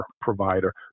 provider